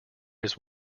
his